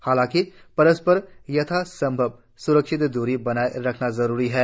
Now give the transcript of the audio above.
हालांकि परस्पर यथासम्भव स्रक्षित द्री बनाये रखना जरूरी है